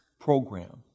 program